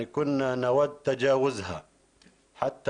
רצינו לגשר עליהן עד